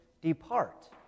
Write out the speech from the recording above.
depart